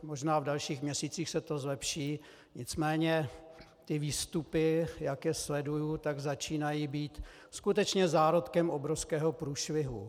Možná v dalších měsících se to zlepší, nicméně ty výstupy, jak je sleduji, začínají být skutečně zárodkem obrovského průšvihu.